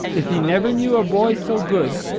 if he never knew a boy so good,